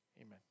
Amen